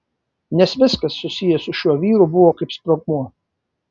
nes viskas susiję su šiuo vyru buvo kaip sprogmuo